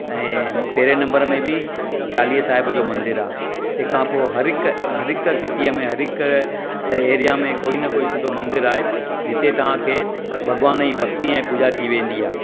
ऐं पंहिरिएं नंबर में बि चालीहे साहिब जो मंदरु आहे तंहिंखां पोइ हरु हिकु हरु हिकु घिटीअ में हरु हिकु एरिआ में कोई न कोई सिधो मंदरु आहे जिते तव्हांखे भॻवान जी भक्ति ऐं पूॼा थी वेंदी आहे